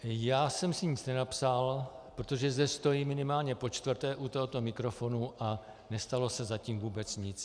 Já jsem si nic nenapsal, protože zde stojím minimálně počtvrté u tohoto mikrofonu a nestalo se zatím vůbec nic.